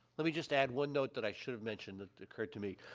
let me just add one note that i should have mentioned that occurred to me.